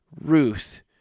Ruth